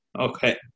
Okay